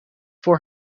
voor